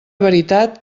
veritat